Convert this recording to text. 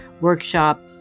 workshop